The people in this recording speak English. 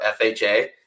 FHA